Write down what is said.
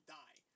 die